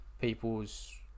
people's